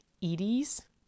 Eades